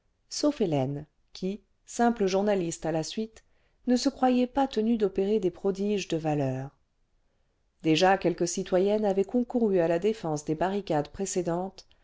sauf hélène qui simple journaliste à la suite ne se croyait pas tenue d'opérer des prodiges de valeur déjà quelques citoyennes avaient concouru à la défense des barricades précédentes